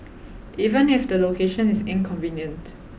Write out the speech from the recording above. even if the location is inconvenient